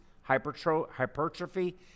hypertrophy